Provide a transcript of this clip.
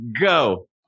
Go